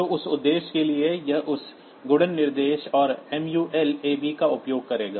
और उस उद्देश्य के लिए यह उस गुणन निर्देश और MUL AB का उपयोग करेगा